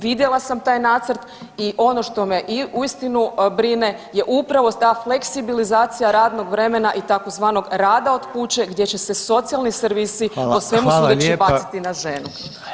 Vidjela sam taj nacrt i ono što me uistinu brine je upravo ta fleksibilizacija radnog vremena i tzv. rada od kuće gdje će se socijalni servisi po svemu sudeći [[Upadica: Hvala lijepa.]] baciti na ženu.